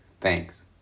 Thanks